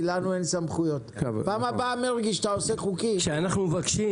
אני רוצה להודות ליושב-ראש על היוזמה לדיון המאוד מאוד חשוב הזה.